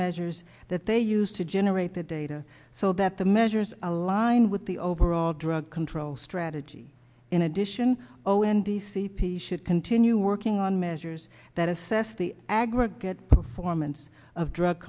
measures that they used to generate the data so that the measures align with the overall drug control strategy in addition oh and the c p should continue working on measures that assess the aggregate performance of drug